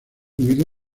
muy